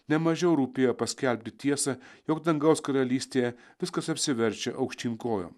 ne mažiau rūpėjo paskelbti tiesą jog dangaus karalystėje viskas apsiverčia aukštyn kojom